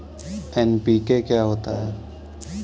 NPK क्या होता है?